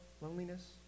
loneliness